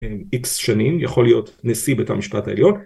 איקס שנים יכול להיות נשיא בית המשפט העליון